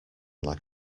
like